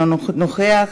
אינו נוכח,